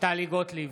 טלי גוטליב,